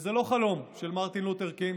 וזה לא חלום של מרטין לותר קינג,